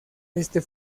este